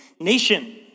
nation